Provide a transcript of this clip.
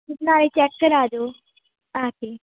ਨਾਲੇ ਚੈੱਕ ਕਰਾ ਜੋ ਆ ਕੇ